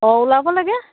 অঁ ওলাব লাগে